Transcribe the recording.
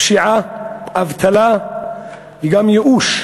פשיעה, אבטלה וגם ייאוש.